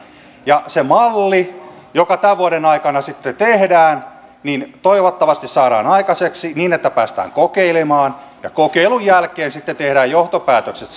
ja se malli joka tämän vuoden aikana sitten tehdään toivottavasti saadaan aikaiseksi niin että päästään kokeilemaan ja kokeilun jälkeen sitten tehdään johtopäätökset